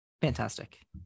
Fantastic